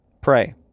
Pray